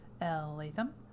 latham